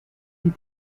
die